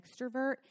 extrovert